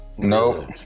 No